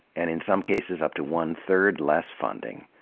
and in some cases up to one-third less funding,